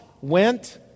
went